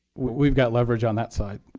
we've got leverage on that side.